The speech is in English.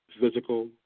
physical